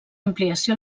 ampliació